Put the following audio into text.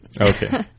Okay